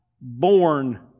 born